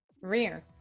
Rear